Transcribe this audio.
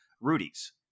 Rudy's